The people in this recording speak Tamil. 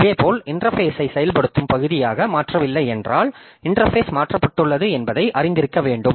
இதேபோல் இன்டெர்பேஸ்ஐ செயல்படுத்தும் பகுதியாக மாற்றவில்லை என்றால் இன்டெர்பேஸ் மாற்றப்பட்டுள்ளது என்பதை அறிந்திருக்க வேண்டும்